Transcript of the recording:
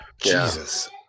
Jesus